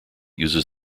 uses